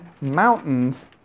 mountains